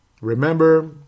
remember